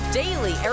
daily